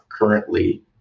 currently